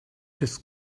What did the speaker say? his